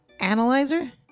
analyzer